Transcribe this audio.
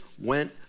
went